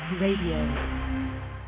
Radio